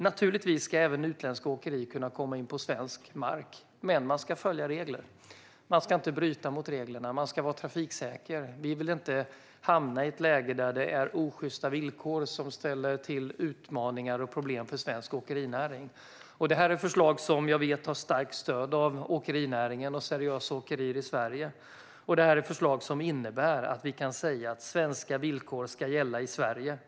Naturligtvis ska även utländska åkerier kunna komma in på svensk mark, men man ska följa reglerna och inte bryta mot dem. Man ska vara trafiksäker. Vi vill inte hamna i ett läge där osjysta villkor ställer till utmaningar och problem för svensk åkerinäring. Det här är förslag som jag vet har starkt stöd av åkerinäringen och seriösa åkerier i Sverige, och det är förslag som innebär att vi kan säga att svenska villkor ska gälla i Sverige.